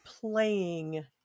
playing